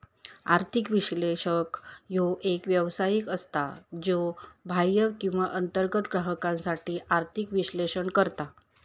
आर्थिक विश्लेषक ह्यो एक व्यावसायिक असता, ज्यो बाह्य किंवा अंतर्गत ग्राहकांसाठी आर्थिक विश्लेषण करता